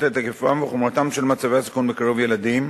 את היקפם וחומרתם של מצבי הסיכון בקרב ילדים,